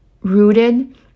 rooted